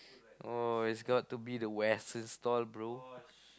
oh it's got to be the western stall bro